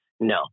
No